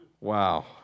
wow